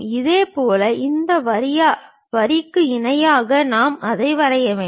இதேபோல் இந்த வரிக்கு இணையாக நாம் இதை வரைய வேண்டும்